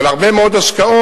ועל הרבה מאוד השקעות,